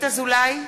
(קוראת בשמות חברי הכנסת)